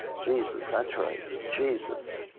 jesus that's right. jesus,